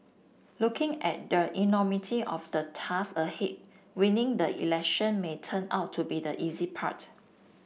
looking at the enormity of the task ahead winning the election may turn out to be the easy part